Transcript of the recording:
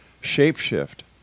shape-shift